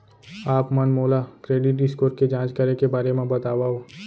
आप मन मोला क्रेडिट स्कोर के जाँच करे के बारे म बतावव?